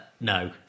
No